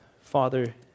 Father